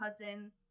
cousins